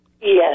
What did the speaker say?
Yes